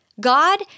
God